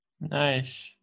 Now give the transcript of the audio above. nice